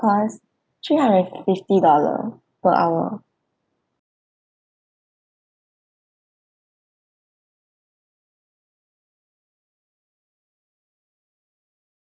cost three hundred and fifty dollar per hour